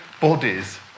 bodies